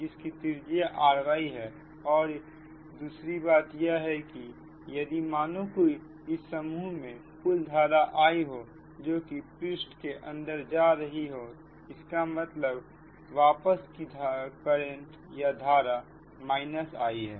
जिसकी त्रिज्या ry है और दूसरी बात यह है कि यदि मानो कि इस समूह में कुल धारा I हो जो कि पृष्ठ के अंदर जा रही हो इसका मतलब वापस की करंट धारा I है